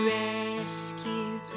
rescue